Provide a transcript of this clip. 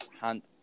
Hunt